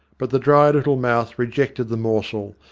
but the dry little mouth rejected the morsel,